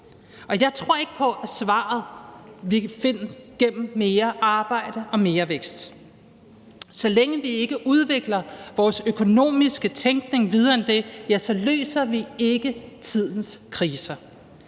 Jeg tror ikke på, at svaret er mere arbejde og mere vækst. Så længe vi ikke udvikler vores økonomiske tænkning videre end det, ja, så løser vi ikke tidens kriser.